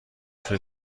فکر